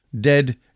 Dead